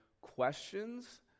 questions